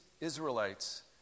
Israelites